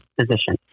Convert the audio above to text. position